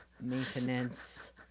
maintenance